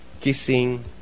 kissing